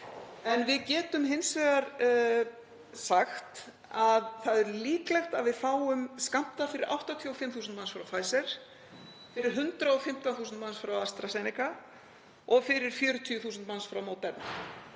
en við getum hins vegar sagt að það er líklegt að við fáum skammta fyrir 85.000 manns frá Pfizer, fyrir 115.000 manns frá AstraZeneca og fyrir 40.000 manns frá Moderna.